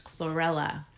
chlorella